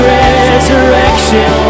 resurrection